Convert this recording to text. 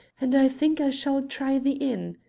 and i think i shall try the inn.